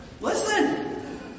Listen